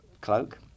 Cloak